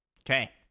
Okay